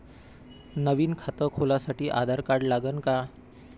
नवीन खात खोलासाठी आधार कार्ड लागन का?